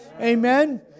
Amen